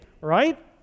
right